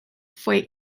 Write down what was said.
fue